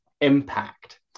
impact